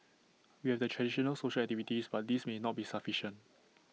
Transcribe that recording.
we have the traditional social activities but these may not be sufficient